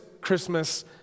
Christmas